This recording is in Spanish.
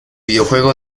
videojuego